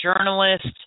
journalist